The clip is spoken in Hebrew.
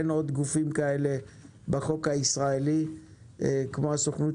אין עוד גופים כאלה בחוק הישראלי כמו שלושת הגופים